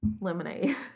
Lemonade